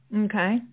Okay